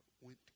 went